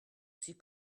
c’est